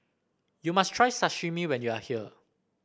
you must try Sashimi when you are here